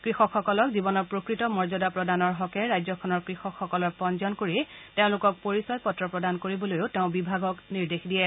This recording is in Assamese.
কৃষকসকলক জীৱনৰ প্ৰকৃত মৰ্যাদা প্ৰদানৰ হকে ৰাজ্যখনৰ কৃষকসকলৰ পঞ্জীয়ন কৰি তেওঁলোকক পৰিচয় পত্ৰ প্ৰদান কৰিবলৈও বিভাগক নিৰ্দেশ দিয়ে